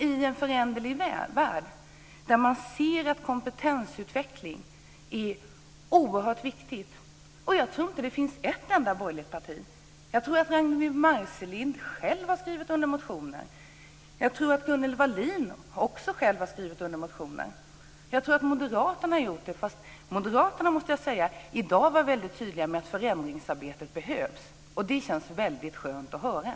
I en föränderlig värld är kompetensutveckling oerhört viktigt. Jag tror att Ragnwi Marcelind och Gunnel Wallin själva och även moderaterna har skrivit under motioner. Moderaterna - det måste jag säga - var i dag väldigt tydliga i att ett förändringsarbete behövs, och det känns väldigt skönt att höra.